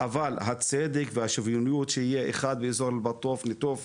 אבל הצדק והשוויוניות שיהיה אחד באזור נטופה,